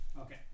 Okay